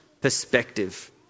perspective